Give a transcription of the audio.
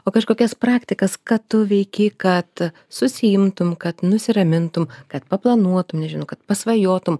o kažkokias praktikas kad tu veiki kad susiimtum kad nusiramintum kad paplanuotum nežinau kad pasvajotum